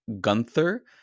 Gunther